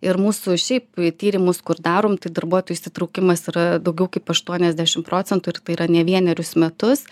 ir mūsų šiaip tyrimus kur darom tai darbuotojų įsitraukimas yra daugiau kaip aštuoniasdešimt procentų ir tai yra ne vienerius metus